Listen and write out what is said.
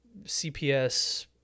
CPS